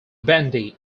bandy